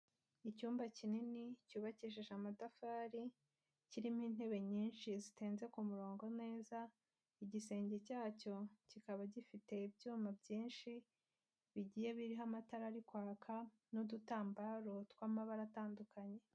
Icyumba kinini cyubakishije amatafari kirimo intebe nyinshi zitenze ku murongo neza, igisenge cyacyo kikaba gifite ibyuma byinshi bigiye biriho amatara ari kwaka n'udutambaro tw'amabara atandukanye.